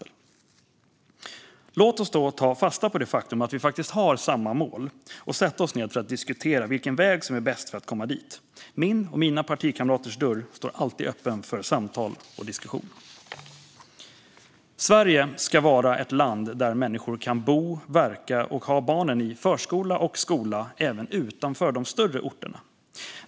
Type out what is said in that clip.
Låt oss då ta fasta på det faktum att vi faktiskt har samma mål och sätta oss ned för att diskutera vilken väg som är bäst för att komma dit. Min och mina partikamraters dörr står alltid öppen för samtal och diskussioner. Sverige ska vara ett land där människor kan bo, verka och ha barnen i förskola och skola även utanför de större orterna.